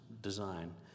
design